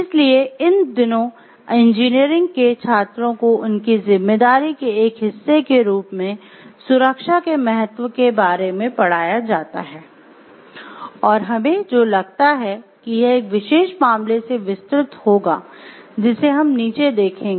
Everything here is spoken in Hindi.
इसलिए इन दिनों इंजीनियरिंग के छात्रों को उनकी ज़िम्मेदारी के एक हिस्से के रूप में सुरक्षा के महत्व के बारे में पढ़ाया जाता है और हमें जो लगता है कि यह एक विशेष मामले से विस्तृत होगा जिसे हम नीचे देखेंगे